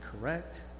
correct